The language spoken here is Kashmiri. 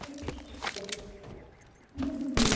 چلو ٹھیٖک چھُ اَدٕ حظ ٹھیٖک